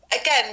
again